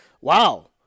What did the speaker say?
wow